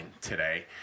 today